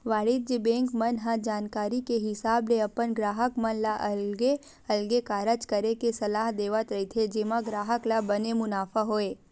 वाणिज्य बेंक मन ह जानकारी के हिसाब ले अपन गराहक मन ल अलगे अलगे कारज करे के सलाह देवत रहिथे जेमा ग्राहक ल बने मुनाफा होय